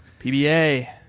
PBA